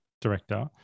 director